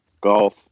golf